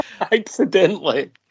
Accidentally